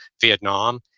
Vietnam